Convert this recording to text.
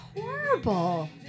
horrible